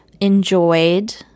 enjoyed